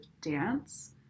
dance